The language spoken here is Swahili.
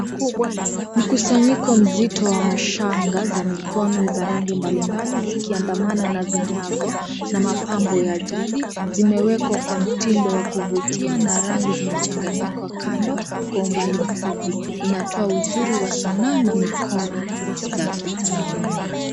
Mkusanyiko mzito wa mashanga za mikono za rangi mbalimbali zikiandamana na vinyago na mapambo ya jadi zimewekwa kwa mtindo wa kuvutia na rangi zimechanganyika kando kwa umbali mfupi inatoa uzuri wa sanaa na mikono za kitamadhuni.